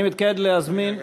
אני מתכבד להזמין, יש עוד שאלה.